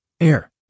Air